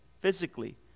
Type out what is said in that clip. physically